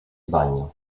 bagno